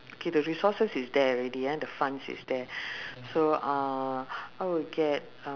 K the resources is there already ah the funds is there so uh I would get uh